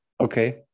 Okay